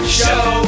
show